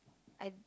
I